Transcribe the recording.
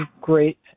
Great